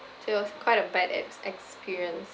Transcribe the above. so it was quite a bad ex~ experience